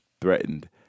threatened